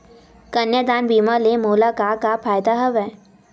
कन्यादान बीमा ले मोला का का फ़ायदा हवय?